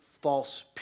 false